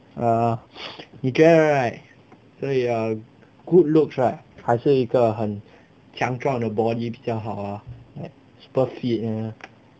err 你觉得 right 所以 err good looks right 还是一个很强壮的 body 比较好 ah like super fit you know